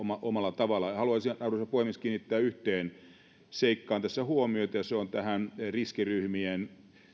omalla tavallaan haluaisin arvoisa puhemies kiinnittää yhteen seikkaan tässä huomiota ja se on riskiryhmien